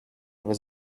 was